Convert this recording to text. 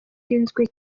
urinzwe